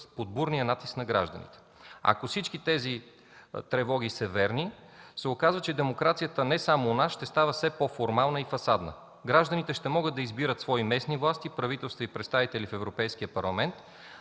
под бурния натиск на гражданите. Ако всички тези тревоги са верни, то се оказва, че демокрацията, не само у нас, ще става все по-формална и фасадна. Гражданите ще могат да избират свои местни власти, правителства и представители в Европейския парламент,